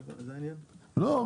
לא.